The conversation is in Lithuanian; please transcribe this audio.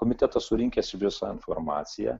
komitetas surinkęs visą informaciją